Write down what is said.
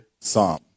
Psalm